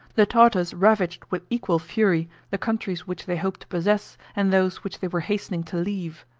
the tartars ravaged with equal fury the countries which they hoped to possess, and those which they were hastening to leave.